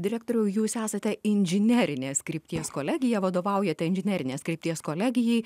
direktoriau jūs esate inžinerinės krypties kolegija vadovaujate inžinerinės krypties kolegijai